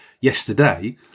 yesterday